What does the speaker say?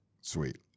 sweet